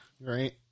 Right